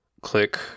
click